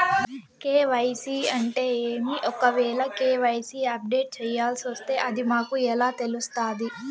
KYC అంటే ఏమి? ఒకవేల కె.వై.సి అప్డేట్ చేయాల్సొస్తే అది మాకు ఎలా తెలుస్తాది?